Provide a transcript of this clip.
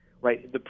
right